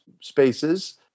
Spaces